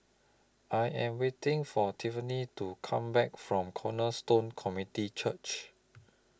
I Am waiting For Tiffani to Come Back from Cornerstone Community Church